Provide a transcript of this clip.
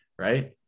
right